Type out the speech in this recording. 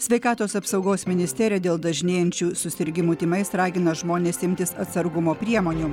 sveikatos apsaugos ministerija dėl dažnėjančių susirgimų tymais ragina žmones imtis atsargumo priemonių